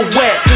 wet